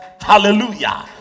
hallelujah